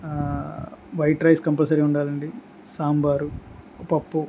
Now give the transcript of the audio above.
white rice compulsory ఉండాలండి సాంబారు పప్పు